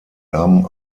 nahmen